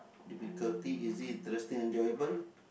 difficulty easy interesting enjoyable